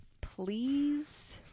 Please